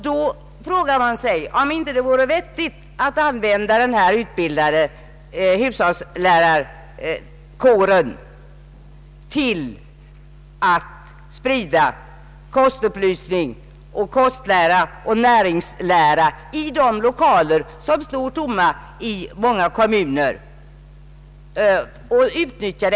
Då frågar man sig, om det inte vore vettigt att använda utbildade hushållslärare till att sprida kunskap om kostlära och näringslära i de lokaler, som alltså i många kommuner står tomma.